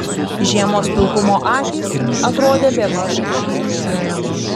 žiemos pilkumo akys atrodė bemaž žydros